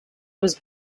was